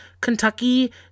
kentucky